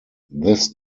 this